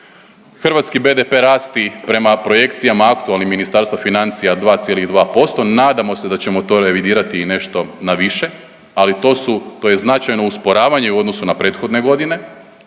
hrvatski BDP rasti prema projekcijama aktualnih Ministarstva financija 2,2%, nadamo se da ćemo to revidirati i nešto na više, ali to su, to je značajno usporavanje u odnosu na prethodne godine